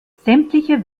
sämtliche